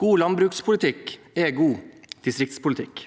God landbrukspolitikk er god distriktspolitikk.